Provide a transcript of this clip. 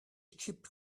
cheap